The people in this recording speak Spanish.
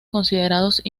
considerados